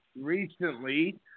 recently